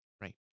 right